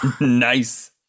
nice